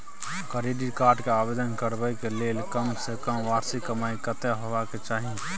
Credit card के आवेदन करबैक के लेल कम से कम वार्षिक कमाई कत्ते होबाक चाही?